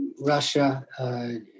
Russia